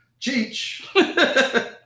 Cheech